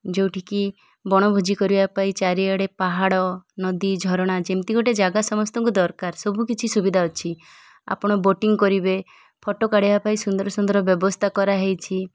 ଯେଉଁଠିକି ବଣଭୋଜି କରିବା ପାଇଁ ଚାରିଆଡ଼େ ପାହାଡ଼ ନଦୀ ଝରଣା ଯେମିତି ଗୋଟେ ଜାଗା ସମସ୍ତଙ୍କୁ ଦରକାର ସବୁ କିଛି ସୁବିଧା ଅଛି ଆପଣ ବୋଟିଂ କରିବେ ଫଟୋ କାଢ଼ିବା ପାଇଁ ସୁନ୍ଦର ସୁନ୍ଦର ବ୍ୟବସ୍ଥା କରାହେଇଛି